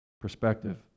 perspective